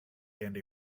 andy